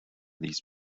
these